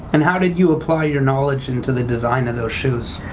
and how did you apply your knowledge into the design of those shoes?